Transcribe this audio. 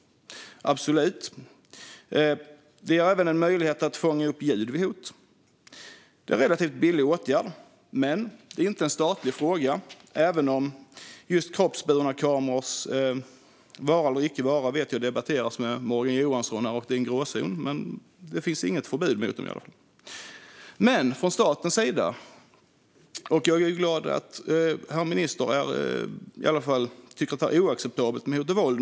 Det ger även möjlighet att fånga upp ljud vid hot. Det är en relativt billig åtgärd, men det är inte en statlig fråga. Jag vet att just kroppsburna kamerors vara eller icke-vara debatteras med Morgan Johansson. Det är en gråzon, men det finns inget förbud mot dem i alla fall. Jag är glad att herr minister i alla fall tycker att det är oacceptabelt med hot och våld.